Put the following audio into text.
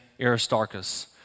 Aristarchus